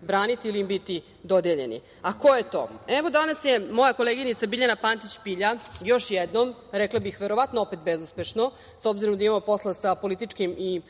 braniti ili im biti dodeljeni. A ko je to? Evo, danas je moja koleginica Biljana Pantić Pilja, još jednom, rekla bih verovatno, opet bezuspešno, s obzirom da imamo posla sa političkim i